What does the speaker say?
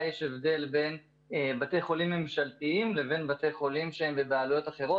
באופן מלא או באופן חלקי אבל הורדנו באופן יזום את מספר החולים,